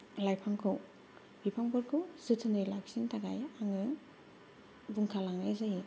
लाइफांखौ बिफांफोरखौ जोथोनै लाखिनो थाखाय आङो बुंखालांनाय जायो